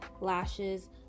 lashes